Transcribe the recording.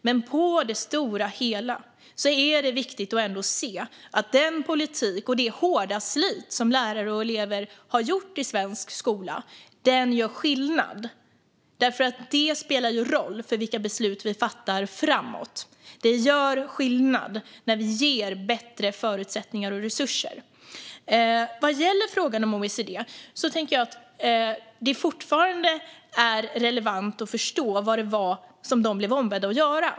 Men på det stora hela är det ändå viktigt att se att politiken och det hårda slit som lärare och elever i svensk skola har stått för gör skillnad. Det spelar roll för vilka beslut vi fattar framåt. Det gör skillnad när vi ger bättre förutsättningar och resurser. Vad gäller frågan om OECD är det fortfarande relevant att förstå vad de blev ombedda att göra.